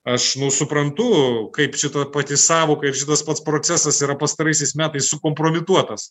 aš nu suprantu kaip šita pati sąvoka ir šitas pats procesas yra pastaraisiais metais sukompromituotas